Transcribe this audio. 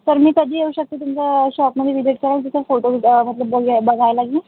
तर मी कधी येऊ शकते तुमच्या शॉपमध्ये व्हिजिट करायला तिथं फोटो मतलब बघ बघायला मी